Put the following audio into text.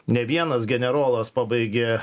ne vienas generolas pabaigė